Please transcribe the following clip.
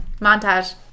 montage